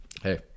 hey